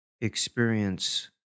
experience